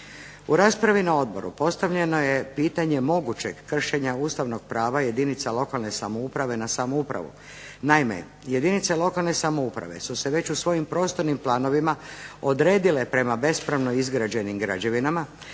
U raspravi na odboru postavljeno je pitanje mogućeg kršenja ustavnog prava jedinica lokalne samouprave na samoupravu. Naime, jedinice lokalne samouprave su se već u svojim prostornim planovima odredile prema bespravno izgrađenim građevinama,